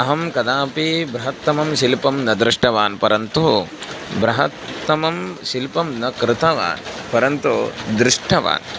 अहं कदापि बृहत्तमं शिल्पं न दृष्टवान् परन्तु बृहत्तमं शिल्पं न कृतवान् परन्तु दृष्टवान्